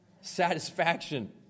satisfaction